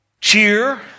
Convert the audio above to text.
cheer